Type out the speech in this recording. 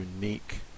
unique